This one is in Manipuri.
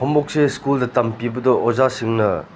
ꯍꯣꯝꯋꯣꯔꯛꯁꯦ ꯁ꯭ꯀꯨꯜꯗ ꯇꯝꯕꯤꯕꯗꯣ ꯑꯣꯖꯥꯁꯤꯡꯅ